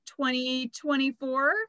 2024